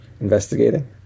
investigating